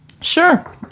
Sure